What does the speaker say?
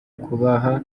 kubaha